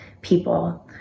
People